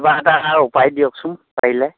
কিবা এটা উপায় দিয়কচোন পাৰিলে